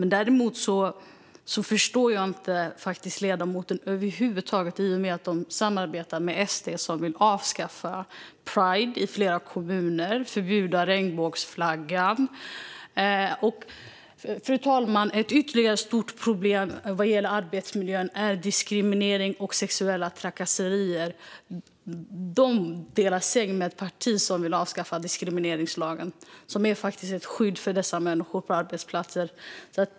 Jag förstår dock faktiskt inte ledamoten över huvud taget. Liberalerna samarbetar med SD, som i flera kommuner vill avskaffa pride och förbjuda regnbågsflaggan. Fru talman! Ytterligare ett stort problem när det gäller arbetsmiljön är diskriminering och sexuella trakasserier. Liberalerna delar säng med ett parti som vill avskaffa diskrimineringslagen, som faktiskt utgör ett skydd för människor på arbetsplatser.